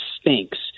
stinks